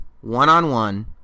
one-on-one